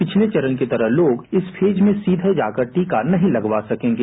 पिछले चरण की तरह लोग फेज में जाकर टीका नहीं लगावा सकेंगे